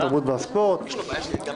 התרבות והספורט אושרה.